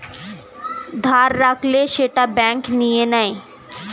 ধার রাখলে সেটা ব্যাঙ্ক নিয়ে নেয়